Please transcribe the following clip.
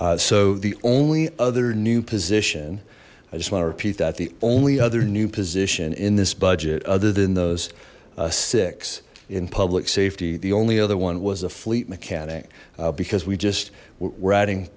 so the only other new position i just want to repeat that the only other new position in this budget other than those six in public safety the only other one was a fleet mechanic because we just we're adding